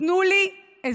צועקת לעזרה: תנו לי עזרה.